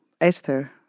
Esther